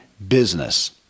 business